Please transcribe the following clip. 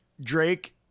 Drake